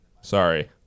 Sorry